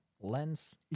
lens